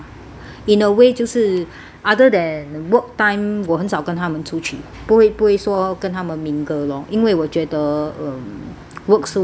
in a way 就是 other than work time 我很少跟他们出去不会不会说跟他们 mingle lor 因为我觉得 um work 是 work lah